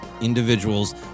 individuals